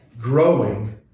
growing